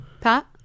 Pat